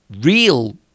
real